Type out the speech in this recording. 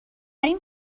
این